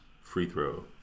free-throw